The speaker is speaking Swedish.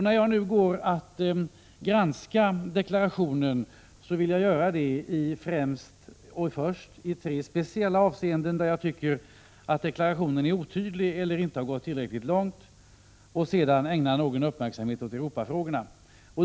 När jag nu går att granska deklarationen, vill jag först göra det i tre speciella avseenden, där jag tycker att deklarationen är otydlig eller inte har gått tillräckligt långt, och sedan ägna någon uppmärksamhet åt Europafrågorna.